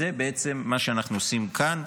זה בעצם מה שאנחנו עושים כאן,